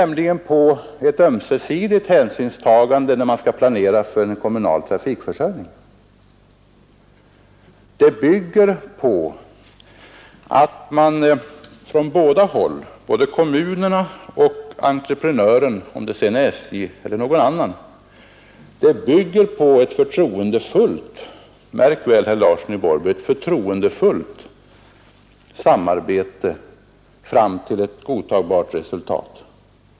Man måste bygga när man skall planera för en kommunal trafikförsörjning på ett förtroendefullt samarbete mellan kommunerna och entreprenören — det må sedan vara SJ eller någon annan — för att nå fram till ett godtagbart resultat.